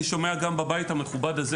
גם בבית המכובד הזה,